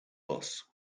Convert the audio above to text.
loss